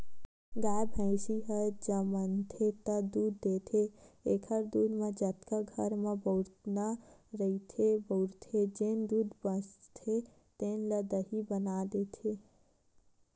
गाय, भइसी ह जमनथे त दूद देथे एखर दूद म जतका घर म बउरना रहिथे बउरथे, जेन दूद बाचथे तेन ल दही बना देथे